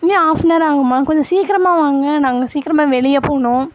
இன்னும் half an hour ஆகுமா கொஞ்சம் சீக்கிரமா வாங்க நாங்கள் சீக்கிரமா வெளியே போகணும்